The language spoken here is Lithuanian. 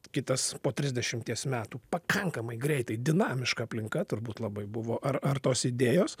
kitas po trisdešimties metų pakankamai greitai dinamiška aplinka turbūt labai buvo ar ar tos idėjos